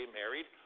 married